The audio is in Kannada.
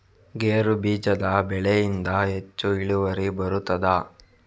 ಗೇರು ಬೀಜದ ಬೆಳೆಯಿಂದ ಹೆಚ್ಚು ಇಳುವರಿ ಬರುತ್ತದಾ?